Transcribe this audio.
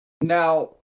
Now